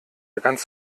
ganz